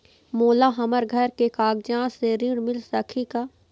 मोला हमर घर के कागजात से ऋण मिल सकही का?